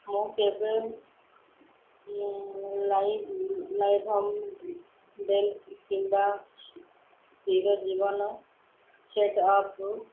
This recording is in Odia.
ମୁଁ କେବେ ଲାଇଭ୍ ଲାଇଭ୍ କିମ୍ବା ସ୍ଥିର ଜୀବନ ସେଟ୍ ଅପ୍